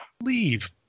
leave